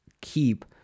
keep